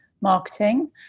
marketing